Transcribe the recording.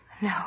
No